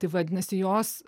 tai vadinasi jos